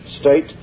state